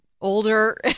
older